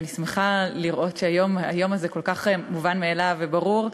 ואני שמחה לראות שהיום היום הזה כל כך מובן מאליו וברור,